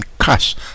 cash